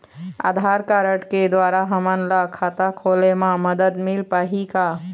आधार card के द्वारा हमन ला खाता खोले म मदद मिल पाही का?